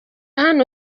hano